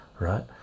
Right